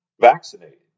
vaccinated